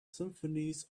symphonies